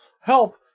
help